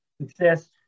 success